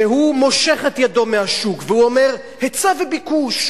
שהוא מושך את ידו מהשוק והוא אומר: היצע וביקוש,